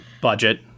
Budget